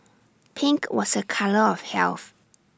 pink was A colour of health